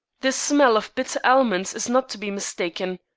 the smell of bitter almonds is not to be mistaken.